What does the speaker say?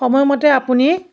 সময়মতে আপুনি